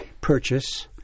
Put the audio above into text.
Purchase